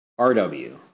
RW